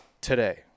today